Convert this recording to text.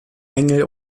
engel